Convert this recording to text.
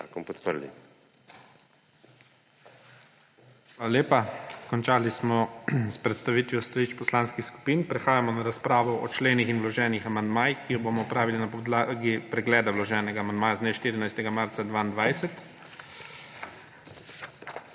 Hvala lepa. Končali smo predstavitev stališč poslanskih skupin. Prehajamo na razpravo o členih in vloženih amandmajih, ki jo bomo opravili na podlagi pregleda vloženega amandmaja z dne 14. marca 2022.